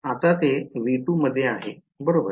आता ते V2 मध्ये आहे हे बरोबर आहे